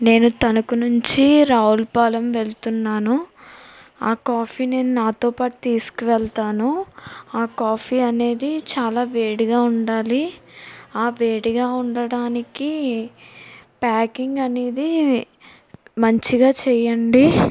నేను తణుకు నుంచి రావులపాలెం వెళుతున్నాను ఆ కాఫీ నేను నాతోపాటు తీసుకువెళతాను ఆ కాఫీ అనేది చాలా వేడిగా ఉండాలి ఆ వేడిగా ఉండటానికి ప్యాకింగ్ అనేది మంచిగా చేయండి